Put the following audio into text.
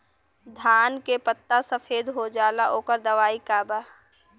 धान के पत्ता सफेद हो जाला ओकर दवाई का बा?